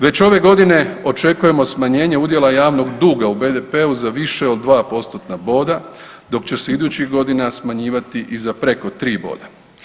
Već ove godine očekujemo smanjenje udjela javnog duga u BDP-u za više od 2 postotna boda, dok će se idućih godina smanjivati i za preko 3 boda.